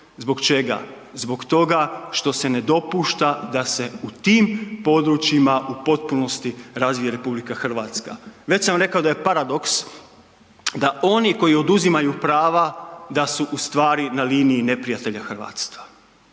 zbog čega? Zbog toga što se ne dopušta da se u tim područjima u potpunosti RH. Već sam rekao da je paradoks da oni koji oduzimaju prava, da su ustvari na liniji neprijatelja hrvatstva.